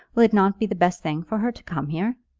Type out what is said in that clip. will it not be the best thing for her to come here?